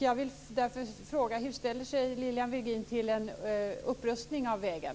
Jag vill därför fråga: Hur ställer sig Lilian Virgin till en upprustning av vägen?